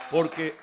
porque